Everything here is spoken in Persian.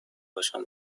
باشم